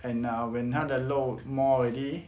and ah when 它的肉 more already